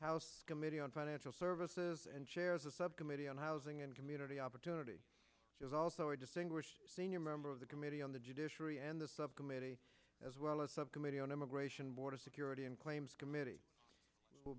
house committee on financial services and chairs the subcommittee on housing and community opportunity she is also a distinguished senior member of the committee on the judiciary and the subcommittee as well as subcommittee on immigration border security and claims committee will